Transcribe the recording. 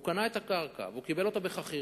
והוא קנה את הקרקע והוא קיבל אותה בחכירה,